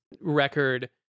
record